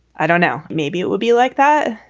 i don't know. maybe it would be like that.